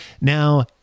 Now